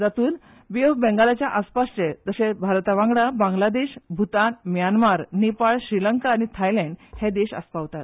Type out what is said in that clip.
जातूंत bay of बंगलाच्या आशीकुशीचे जशे भारता वांगडागच बांगलादेश भुतान म्यानमार नेपाळ श्रीलंका आनी थायलंड हे देश आस्पावतात